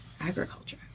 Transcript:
agriculture